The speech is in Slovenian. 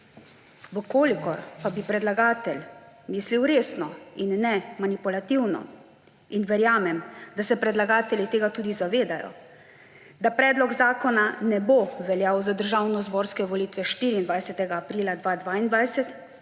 Če pa bi predlagatelj mislil resno in ne manipulativno – in verjamem, da se predlagatelji tudi zavedajo tega, da predlog zakona ne bo veljal za državnozborske volitve 24. aprila 2022